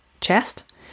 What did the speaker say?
chest